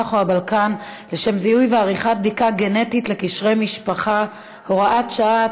המזרח או הבלקן לשם זיהוי ועריכת בדיקה גנטית לקשרי משפחה (הוראת שעה),